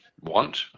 want